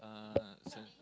uh s~